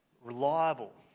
reliable